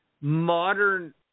modern